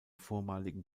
vormaligen